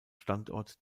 standort